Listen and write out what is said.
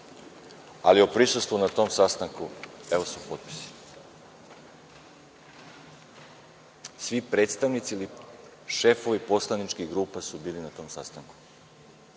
ali o prisustvu na tom sastanku – evo su potpisi. Svi predstavnici ili šefovi poslaničkih grupa su bili na tom sastanku.